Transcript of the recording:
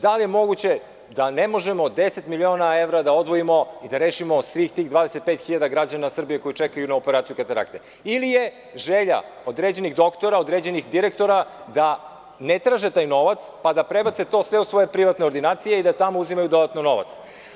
Da li je moguće da ne možemo 10 miliona evra da odvojimo i da rešimo svih tih 25 hiljada građana Srbije koji čekaju na operaciju katarakte ili je želja određenih doktora, direktora da ne traže taj novac, pa da prebace sve u svoje privatne ordinacije i da tamo uzimaju novac?